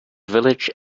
village